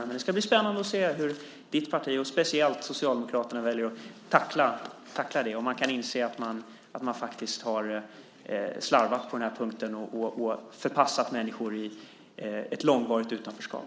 Det ska bli spännande att se hur ditt parti och speciellt Socialdemokraterna väljer att tackla det - om man kan inse att man faktiskt har slarvat på den här punkten och förpassat människor i ett långvarigt utanförskap.